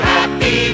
Happy